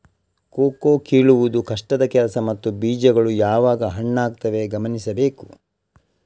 cocoa ಕೀಳುವುದು ಕಷ್ಟದ ಕೆಲಸ ಮತ್ತು ಬೀಜಗಳು ಯಾವಾಗ ಹಣ್ಣಾಗುತ್ತವೆ ಗಮನಿಸಬೇಕು